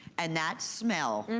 and that smell